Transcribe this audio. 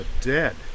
dead